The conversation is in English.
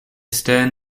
stern